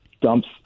dumps